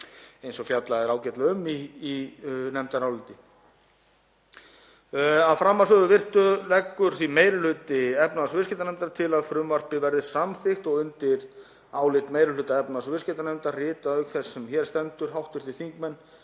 eins og fjallað er ágætlega um í nefndaráliti. Að framansögðu virtu leggur meiri hluti efnahags- og viðskiptanefndar til að frumvarpið verði samþykkt. Undir álit meiri hluta efnahags- og viðskiptanefndar rita, auk þess sem hér stendur, hv. þingmenn